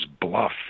bluff